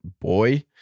boy